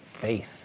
Faith